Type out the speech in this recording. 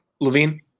Levine